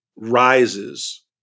rises